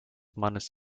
mannes